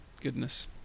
goodness